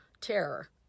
terror